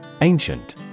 Ancient